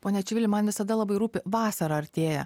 pone čivili man visada labai rūpi vasara artėja